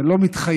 זה לא מתחייב.